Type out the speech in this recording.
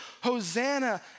Hosanna